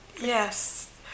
Yes